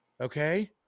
Okay